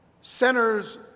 centers